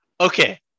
Okay